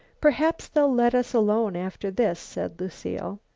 perhaps they'll let us alone after this, said lucile.